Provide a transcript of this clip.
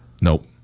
Nope